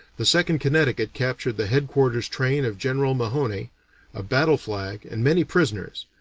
the second connecticut captured the headquarters train of general mahone, a a battle flag, and many prisoners,